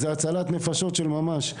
זו הצלת נפשות של ממש.